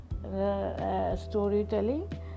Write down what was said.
Storytelling